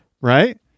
Right